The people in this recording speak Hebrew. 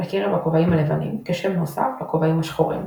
בקרב "הכובעים הלבנים" כשם נוסף ל"כובעים השחורים".